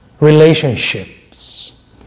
relationships